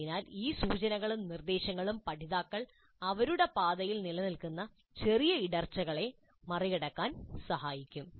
അതിനാൽ ഈ സൂചനകളും നിർദ്ദേശങ്ങളും പഠിതാക്കൾക്ക് അവരുടെ പാതയിൽ നിലനിൽക്കുന്ന ചെറിയ ഇടർച്ചകളെ മറികടക്കാൻ സഹായിക്കും